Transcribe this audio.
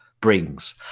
brings